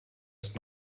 ist